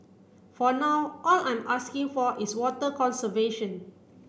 for now all I'm asking for is water conservation